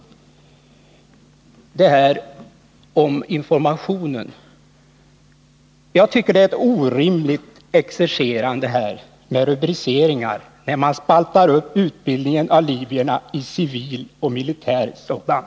När det gäller informationen tycker jag att det är ett orimligt exercerande med rubriceringar när man spaltar upp utbildningen av libyer i civil och militär sådan.